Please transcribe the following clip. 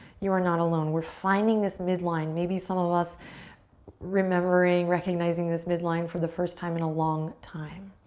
you are not alone we're finding this midline. maybe some of us remembering, recognizing this midline for the first time in a long time.